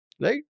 Right